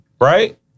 right